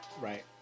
right